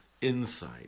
insight